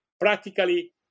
practically